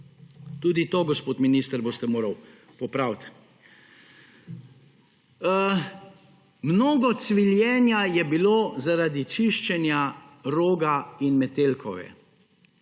Tudi to, gospod minister, boste morali popraviti. Mnogo cviljenja je bilo zaradi čiščenja Roga in Metelkove.